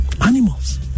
animals